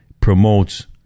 Promotes